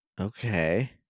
Okay